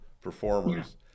performers